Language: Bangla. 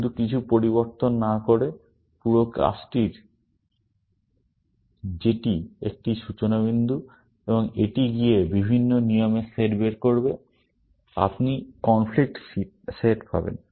শুধু কিছু পরিবর্তন না করে পুরো কাজটির যেটি একটি সূচনা বিন্দু এবং এটি গিয়ে বিভিন্ন নিয়মের সেট বের করবে আপনি কনফ্লিক্ট সেট পাবেন